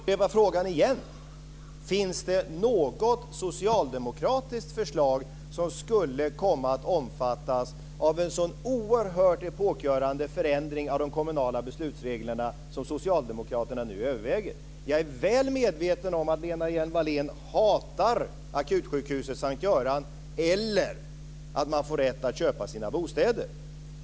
Fru talman! Jag upprepar frågan igen: Finns det något socialdemokratiskt förslag som skulle komma att omfattas av en så oerhört epokgörande förändring av de kommunala beslutsreglerna som Socialdemokraterna nu överväger att införa? Jag är väl medveten om att Lena Hjelm-Wallén hatar akutsjukhuset Sankt Göran eller att man får rätt att köpa sina bostäder.